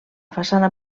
façana